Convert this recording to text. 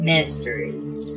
Mysteries